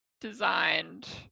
designed